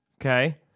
okay